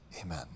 Amen